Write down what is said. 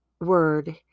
word